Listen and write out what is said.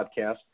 podcast